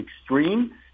extreme